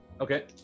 Okay